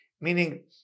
meaning